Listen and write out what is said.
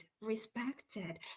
respected